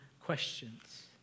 questions